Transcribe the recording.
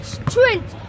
strength